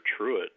Truitt